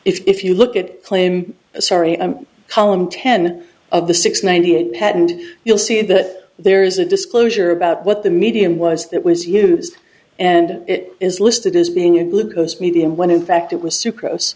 if you look at claim sorry i'm column ten of the six ninety eight had and you'll see that there is a disclosure about what the medium was that was used and it is listed as being a glucose medium when in fact it was